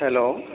hello